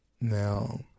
Now